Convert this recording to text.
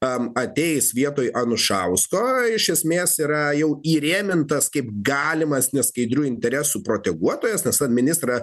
ateis vietoj anušausko iš esmės yra jau įrėmintas kaip galimas neskaidrių interesų proteguotojas nes ministrą